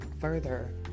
further